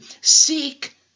Seek